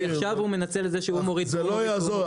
כי עכשיו הוא מנצל את זה שהוא מוריד פה ופה ו --- זה לא יעזור,